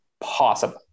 possible